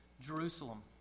Jerusalem